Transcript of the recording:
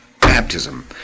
baptism